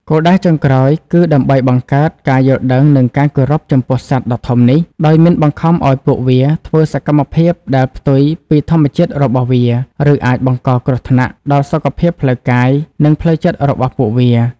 គោលដៅចុងក្រោយគឺដើម្បីបង្កើត ការយល់ដឹង និង ការគោរព ចំពោះសត្វដ៏ធំនេះ ដោយមិនបង្ខំឲ្យពួកវាធ្វើសកម្មភាពដែលផ្ទុយពីធម្មជាតិរបស់វា ឬអាចបង្កគ្រោះថ្នាក់ដល់សុខភាពផ្លូវកាយ និងផ្លូវចិត្តរបស់ពួកវា។